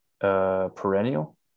perennial